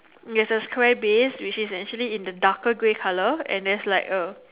there's a square base which is actually in a darker grey colour and there's like a